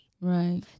Right